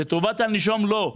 לטובת הנישום לא.